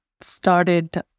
started